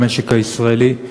המשק הישראלי,